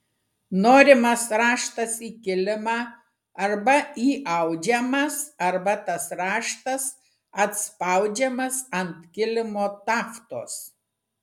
norimas raštas į kilimą arba įaudžiamas arba tas raštas atspaudžiamas ant kilimo taftos